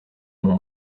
mon